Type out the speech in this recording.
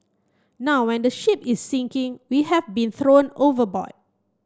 now when the ship is sinking we have been thrown overboard